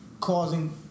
causing